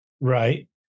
Right